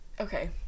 okay